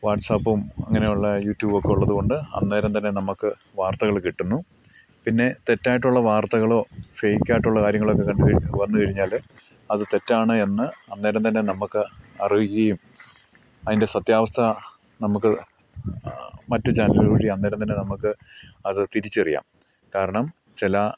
വാട്സ്ആപ്പും അങ്ങനെയുള്ള യൂട്യൂബൊക്കെ ഉള്ളത്കൊണ്ട് അന്നേരം തന്നെ നമുക്ക് വാർത്തകൾ കിട്ടുന്നു പിന്നെ തെറ്റായിട്ടുള്ള വാർത്തകളോ ഫെയ്ക്ക് ആയിട്ടുള്ള കാര്യങ്ങളൊക്കെത്തന്നെ വന്ന് കഴിഞ്ഞാൽ അത് തെറ്റാണ് എന്ന് അന്നേരം തന്നെ നമുക്ക് അറിയുകയും അതിൻ്റെ സത്യാവസ്ഥ നമ്മുക്ക് മറ്റ് ചാനലുകൾ വഴി അന്നേരം തന്നെ നമുക്ക് അത് തിരിച്ചറിയാം കാരണം ചില